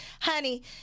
honey